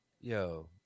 Yo